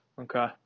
Okay